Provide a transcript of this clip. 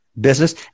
business